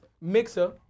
mixer